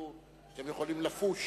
אתם יכולים לפוש,